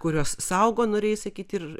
kurios saugo norėjai sakyti ir